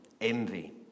envy